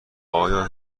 آیا